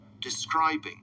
describing